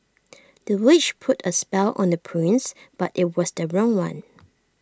the witch put A spell on the prince but IT was the wrong one